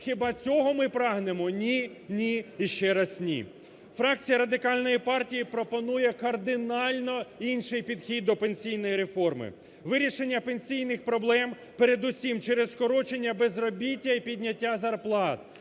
Хіба цього ми прагнемо? Ні, ні і ще раз ні. Фракція Радикальної партії пропонує кардинально інший підхід до пенсійної реформи, вирішення пенсійних проблем передусім через скорочення безробіття і підняття зарплат,